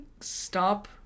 stop